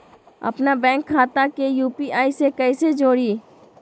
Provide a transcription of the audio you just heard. अपना बैंक खाता के यू.पी.आई से कईसे जोड़ी?